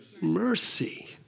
mercy